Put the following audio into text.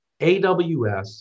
AWS